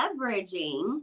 leveraging